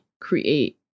create